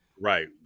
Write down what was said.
Right